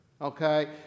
Okay